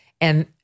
And-